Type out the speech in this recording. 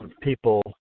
people